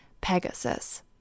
Pegasus